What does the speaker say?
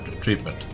treatment